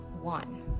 one